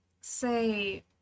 say